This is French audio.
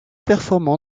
performant